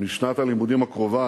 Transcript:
משנת הלימודים הקרובה,